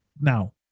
Now